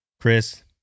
Chris